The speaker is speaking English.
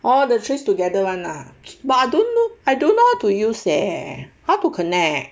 orh the trace together [one] lah but I don't know I don't know how to use leh how to connect